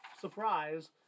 surprise